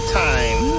time